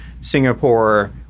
Singapore